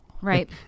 Right